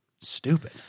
stupid